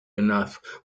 enough